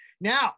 Now